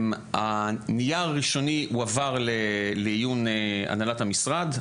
הנייר הראשוני הועבר לעיון הנהלת המשרד,